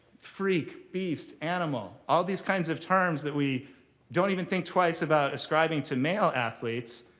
freak, beast, animal, all these kind of terms that we don't even think twice about ascribing to male athletes.